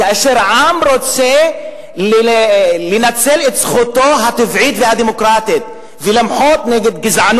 כאשר עם רוצה לנצל את זכותו הטבעית והדמוקרטית ולמחות נגד הדיכוי,